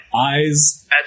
Eyes